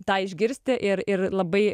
tai išgirsti ir ir labai